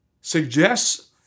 suggests